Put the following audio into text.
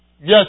Yes